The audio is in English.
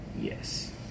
Yes